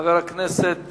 חבר הכנסת